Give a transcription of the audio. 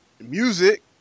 music